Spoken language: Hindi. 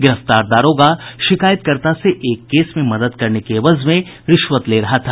गिरफ्तार दारोगा शिकायतकर्ता से एक केस में मदद करने के एवज में रिश्वत ले रहा था